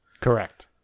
Correct